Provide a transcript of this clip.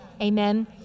Amen